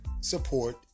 support